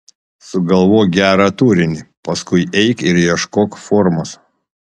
sugalvok gerą turinį paskui eik ir ieškok formos